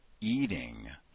eating